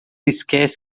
esquece